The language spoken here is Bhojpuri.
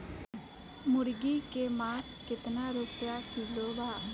मुर्गी के मांस केतना रुपया किलो बा?